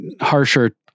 harsher